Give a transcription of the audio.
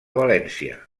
valència